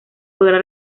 podrá